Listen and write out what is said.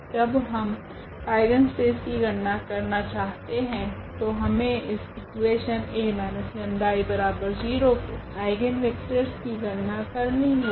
जब हम आइगनस्पेस की गणना करना चाहते है तो हमे इस इक्वेशन A 𝜆I0 के आइगनवेक्टरस की गणना करनी होगी